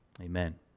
amen